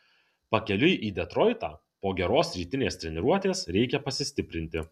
pakeliui į detroitą po geros rytinės treniruotės reikia pasistiprinti